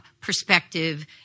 perspective